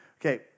Okay